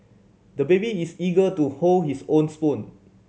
the baby is eager to hold his own spoon